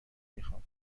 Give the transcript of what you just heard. میخوام